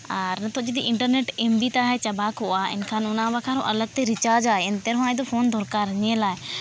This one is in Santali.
ᱟᱨ ᱱᱤᱛᱚᱜ ᱡᱩᱫᱤ ᱤᱱᱴᱟᱨᱱᱮᱴ ᱮᱢ ᱵᱤ ᱛᱟᱭᱮ ᱪᱟᱵᱟᱠᱚᱜᱼᱟ ᱮᱱᱠᱷᱟᱱ ᱚᱱᱟ ᱵᱟᱠᱷᱨᱟ ᱦᱚᱸ ᱟᱞᱟᱜ ᱛᱮ ᱨᱤᱪᱟᱨᱡ ᱟᱭ ᱮᱱᱛᱮ ᱨᱮᱦᱚᱸ ᱟᱡᱫᱚ ᱯᱷᱳᱱ ᱫᱚᱨᱠᱟᱨ ᱧᱮᱞᱟᱭ